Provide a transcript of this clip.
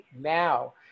now